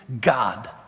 God